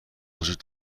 وجود